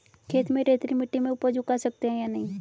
खेत में रेतीली मिटी में उपज उगा सकते हैं या नहीं?